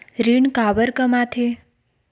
ऋण काबर कम आथे?